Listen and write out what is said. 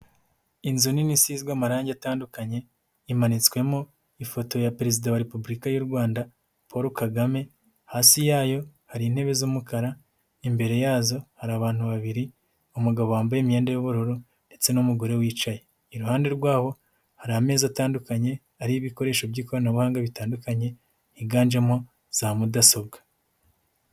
Inzu nini isizwe amarangi atandukanye imanitswemo ifoto ya perezida wa repubulika y'u Rwanda Paul Kagame, hasi yayo hari intebe z'umukara imbere yazo hari abantu babiri, umugabo wambaye imyenda y'ubururu ndetse n'umugore wicaye iruhande rwabo hari ameza atandukanye ariho ibikoresho by'ikoranabuhanga bitandukanye higanjemo za mudasobwa.